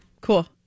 cool